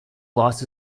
loss